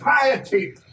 piety